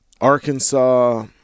Arkansas